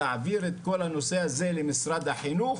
להעביר את כל הנושא הזה למשרד החינוך,